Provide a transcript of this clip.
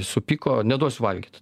supyko neduos valgyt